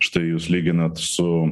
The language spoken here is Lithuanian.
štai jūs lyginat su